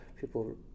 people